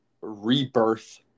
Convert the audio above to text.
rebirth